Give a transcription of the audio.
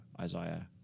Isaiah